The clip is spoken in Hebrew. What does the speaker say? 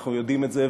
אנחנו יודעים את זה,